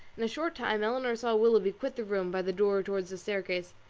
in a short time elinor saw willoughby quit the room by the door towards the staircase,